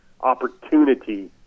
opportunity